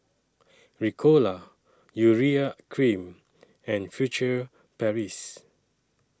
Ricola Urea Cream and Furtere Paris